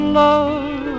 love